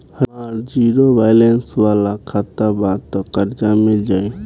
हमार zero balance वाला खाता बा त कर्जा मिल जायी?